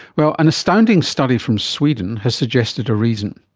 well, an astounding study from sweden has suggested a reason.